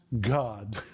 God